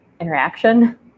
interaction